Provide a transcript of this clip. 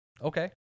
Okay